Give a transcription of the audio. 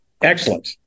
Excellent